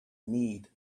need